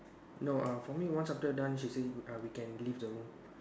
no uh for me once after done she say uh we can leave the room